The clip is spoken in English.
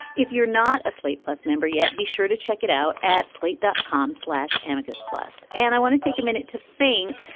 if you're not a slate plus member yet, be sure to check it out at slate dot com. slash ambigous plus. and i want to take a minute to think.